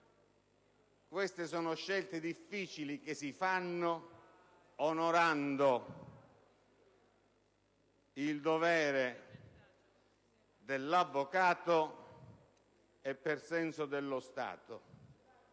Queste sono scelte difficili, che si compiono onorando il dovere dell'avvocato e per senso dello Stato.